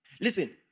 Listen